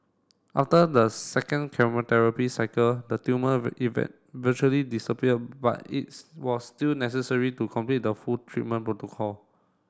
after the second chemotherapy cycle the tumour virtually disappeared but its was still necessary to complete the full treatment protocol